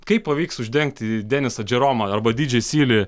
kaip pavyks uždengti denisą džeromą arba dydžei sylį